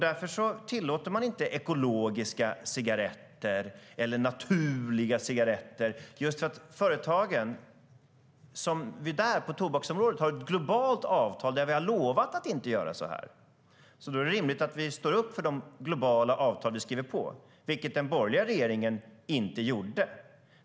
Därför tillåter man inte ekologiska cigaretter eller "naturliga" cigaretter. Vi har ett globalt avtal på tobaksområdet där företagen har lovat att inte göra så. Det är rimligt att vi står upp för de globala avtal vi skriver på. Det gjorde inte den borgerliga regeringen, Åsa Coenraads.